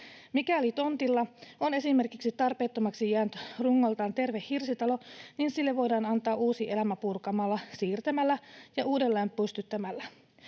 Mikäli tontilla on esimerkiksi tarpeettomaksi jäänyt rungoltaan terve hirsitalo, sille voidaan antaa uusi elämä purkamalla, siirtämällä ja uudelleen pystyttämällä.